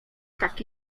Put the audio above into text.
taki